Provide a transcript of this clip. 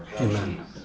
Amen